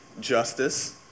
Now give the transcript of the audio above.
justice